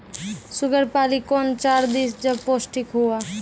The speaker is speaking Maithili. शुगर पाली कौन चार दिय जब पोस्टिक हुआ?